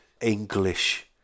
English